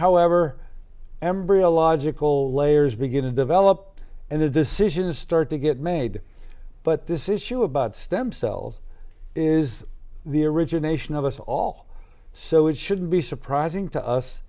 however embryo logical layers begin to develop and the decisions start to get made but this issue about stem cells is the origination of us all so it shouldn't be surprising to us